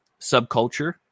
subculture